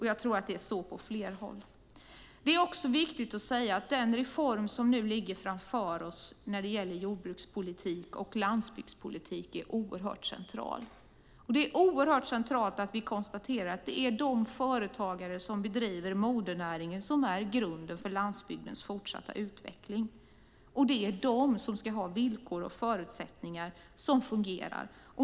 Jag tror att det är så på fler håll. Det är också viktigt att säga att den reform som nu ligger framför oss när det gäller jordbrukspolitik och landsbygdspolitik är oerhört central. Det är viktigt att vi konstaterar att det är de företagare som bedriver modernäringen som är grunden för landsbygdens fortsatta utveckling. Det är de som ska ha villkor och förutsättningar som fungerar.